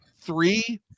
Three